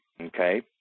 Okay